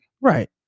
Right